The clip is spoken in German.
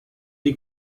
die